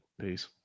Peace